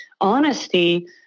honesty